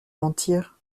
mentir